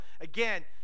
again